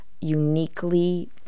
uniquely